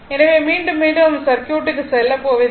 எனவே மீண்டும் மீண்டும் நாம் சர்க்யூட்டுக்கு செல்லப் போவதில்லை